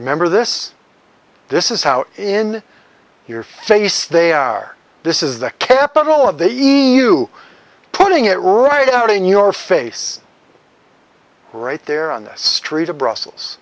remember this this is how in your face they are this is the capital of the e u putting it right out in your face right there on this street of brussels